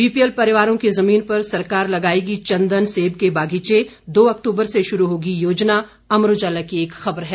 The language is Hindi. बीपीएल परिवारों की जमीन पर सरकार लगाएगी चंदन सेब के बगीचे दो अक्तूबर से शुरू होगी योजना अमर उजाला की एक खबर है